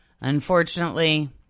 Unfortunately